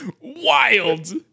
wild